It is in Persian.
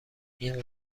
این